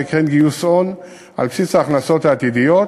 וכן גיוס הון על בסיס ההכנסות העתידיות.